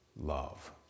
love